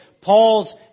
Paul's